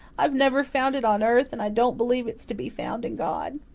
i've never found it on earth, and i don't believe it's to be found in god.